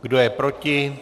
Kdo je proti?